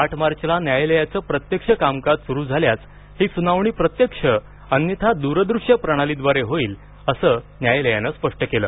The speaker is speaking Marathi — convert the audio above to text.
आठ मार्चला न्यायालयाचं प्रत्यक्ष कामकाज सुरू झाल्यास ही सुनावणी प्रत्यक्ष अन्यधा दूरदृश्य प्रणालीद्वारे होईल असं न्यायालयानं स्पष्ट केलं